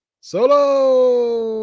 solo